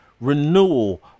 renewal